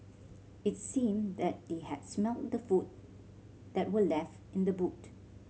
its seemed that they had smelt the food that were left in the boot